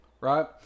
right